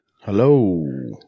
Hello